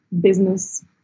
business